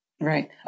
Right